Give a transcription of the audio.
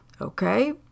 Okay